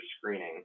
screening